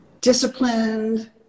disciplined